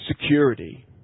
security